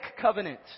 covenant